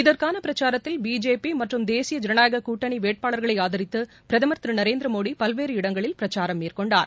இதற்கான பிரச்சாரத்தில் பிஜேபி மற்றும் தேசிய ஜனநாயக கூட்டணி வேட்பாளர்களை ஆதரித்து பிரதுமர் திரு நரேந்திர மோடி பல்வேறு இடங்களில் பிரச்சாரம் மேற்கொண்டார்